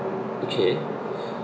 okay